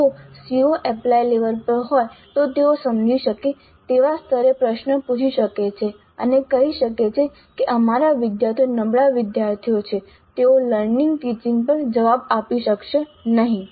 જો CO apply level પર હોય તો તેઓ સમજી શકે તેવા સ્તરે પ્રશ્ન પૂછી શકે છે અને કહી શકે છે કે અમારા વિદ્યાર્થીઓ નબળા વિદ્યાર્થીઓ છે તેઓ લર્નિંગ ટીચિંગપર જવાબ આપી શકશે નહીં